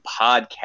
podcast